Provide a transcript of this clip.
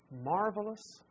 marvelous